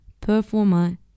performer